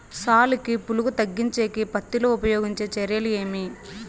సాలుకి పులుగు తగ్గించేకి పత్తి లో ఉపయోగించే చర్యలు ఏమి?